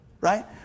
Right